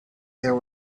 there